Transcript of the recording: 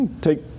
Take